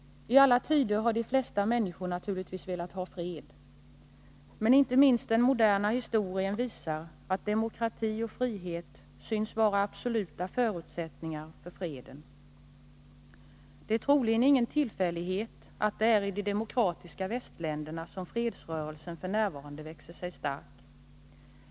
Talla tider har de flesta människor naturligtvis velat ha fred, men inte minst den moderna historien visar att demokrati och frihet synes vara absoluta förutsättningar för freden. Det är troligen ingen tillfällighet att det är i de demokratiska västländerna som fredsrörelsen f. n. växer sig stark.